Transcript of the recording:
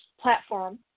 platform